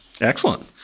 Excellent